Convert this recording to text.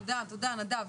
תודה נדב,